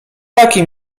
taki